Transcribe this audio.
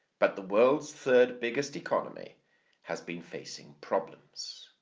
but the world's third-biggest economy has been facing problems.